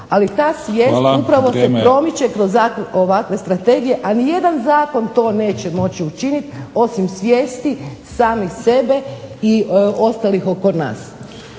Ali ta svijest upravo se promiče upravo kroz ovakve strategije a ni jedan zakon to neće moći učiniti osim svijesti samih sebe i ostalih oko nas.